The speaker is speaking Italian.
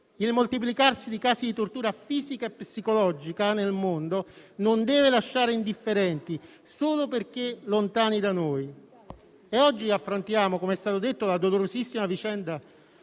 Il moltiplicarsi dei casi di tortura fisica e psicologica nel mondo non deve lasciare indifferenti, solo perché sono lontani da noi. Oggi, come è stato detto, affrontiamo la dolorosissima vicenda